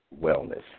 wellness